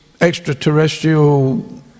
extraterrestrial